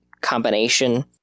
combination